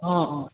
অঁ অঁ